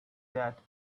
that